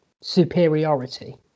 superiority